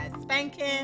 spanking